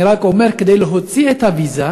אני רק אומר, כדי להוציא את הוויזה,